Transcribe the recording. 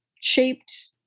shaped